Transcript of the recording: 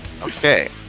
Okay